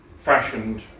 fashioned